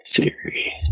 theory